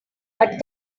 but